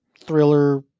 thriller